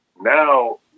now